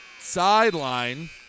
sideline